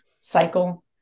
cycle